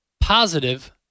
positive